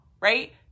right